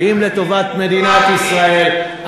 באים לטובת מדינת ישראל,